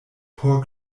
por